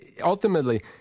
ultimately